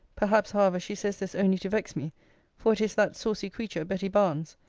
perhaps, however, she says this only to vex me for it is that saucy creature betty barnes.